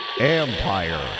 Empire